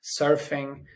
surfing